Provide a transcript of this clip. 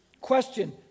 Question